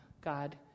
God